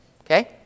Okay